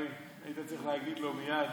תראה איזו השלכה יש רק על דבר קטן